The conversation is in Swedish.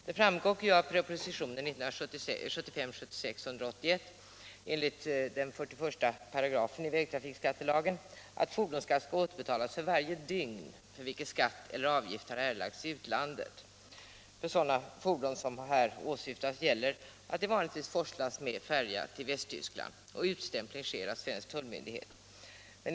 Det framgår av propositionen 1975/76:181 att enligt 41 § i vägtrafikskattelagen fordonsskatt skall återbetalas för varje dygn för vilket skatt eller avgift har erlagts i utlandet. För sådana fordon som här åsyftas gäller att de vanligtvis forslas med färja till Västtyskland och att utstämpling sker genom svensk tullmyndighet.